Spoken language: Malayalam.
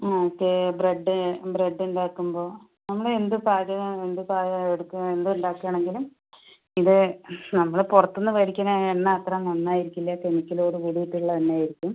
ഓക്കേ ബ്രെഡ് ബ്രെഡ് ഉണ്ടാക്കുമ്പോൾ നമ്മള് എന്ത് പാചകമാ എന്ത് സാധനമാ എടുത്ത് എന്ത് ഉണ്ടാക്കുകയാണെങ്കിലും ഇത് നമ്മള് പുറത്തുനിന്ന് മേടിക്കണ എണ്ണ അത്ര നന്നായിരിക്കില്ല കെമിക്കലോട് കൂടീട്ട് ഉള്ള എണ്ണ ആയിരിക്കും